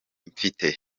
mfite